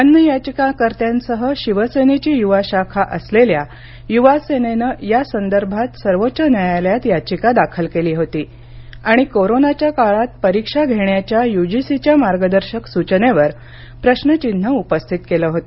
अन्य याचिकाकर्त्यांसह शिवसेनेची युवा शाखा असलेल्या युवा सेनेनं या संदर्भात सर्वोच्च न्यायालयात याचिका दाखल केली होती आणि कोरोनाच्या काळात परीक्षा घेण्याच्या युजीसीच्या मार्गदर्शक सूचनेवर प्रश्नचिन्ह उपस्थित केल होत